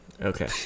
Okay